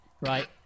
right